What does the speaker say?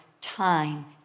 time